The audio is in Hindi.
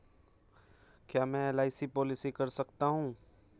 क्या मैं एल.आई.सी पॉलिसी कर सकता हूं?